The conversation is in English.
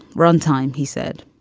runtime. he said.